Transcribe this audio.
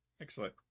Excellent